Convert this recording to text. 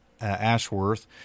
Ashworth